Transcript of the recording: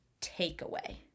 takeaway